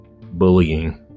bullying